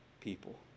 people